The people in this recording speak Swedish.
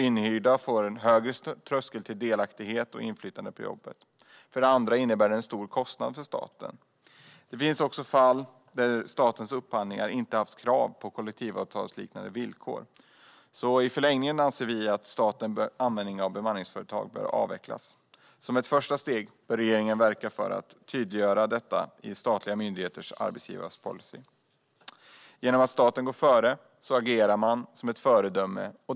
Inhyrda får en högre tröskel till delaktighet och inflytande på jobbet. För det andra innebär det en stor kostnad för staten. Det finns också fall där det inte har funnits krav på kollektivavtalsliknande villkor i statens upphandlingar. Vi anser alltså att statens användning av bemanningsföretag bör avvecklas i förlängningen. Som ett första steg bör regeringen verka för att tydliggöra detta i statliga myndigheters arbetsgivarpolicy. Genom att staten går före agerar man som ett föredöme.